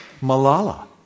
Malala